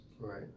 Right